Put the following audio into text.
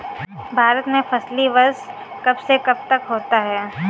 भारत में फसली वर्ष कब से कब तक होता है?